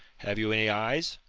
have you any eyes?